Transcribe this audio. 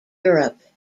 europe